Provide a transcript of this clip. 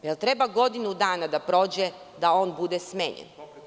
Da li treba godinu dana da prođe da on bude smenjen?